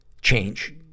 change